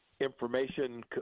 information